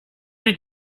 did